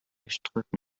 gestrüpp